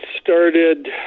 started